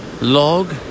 log